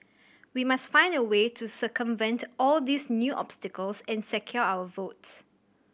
we must find a way to circumvent all these new obstacles and secure our votes